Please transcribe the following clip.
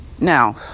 Now